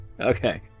okay